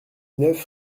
neuf